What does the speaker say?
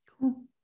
cool